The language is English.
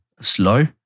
slow